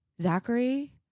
Zachary